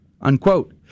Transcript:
unquote